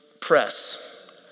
press